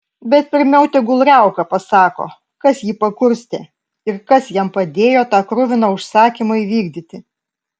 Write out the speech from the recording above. bet pirmiau tegul riauka pasako kas jį pakurstė ir kas jam padėjo tą kruviną užsakymą įvykdyti